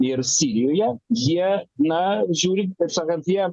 ir sirijoje jie na žiūrint taip sakant jie